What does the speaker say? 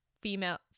female